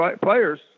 players